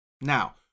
Now